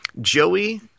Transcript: Joey